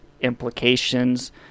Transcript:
implications